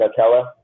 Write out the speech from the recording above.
Nutella